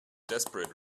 desperate